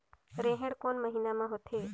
रेहेण कोन महीना म होथे?